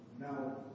Now